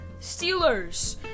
Steelers